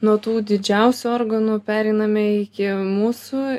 nuo tų didžiausių organų pereiname iki mūsų